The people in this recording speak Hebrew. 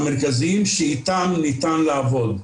המרכזיים שאיתם ניתן לעבוד.